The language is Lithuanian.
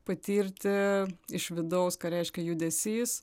patirti iš vidaus ką reiškia judesys